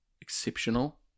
exceptional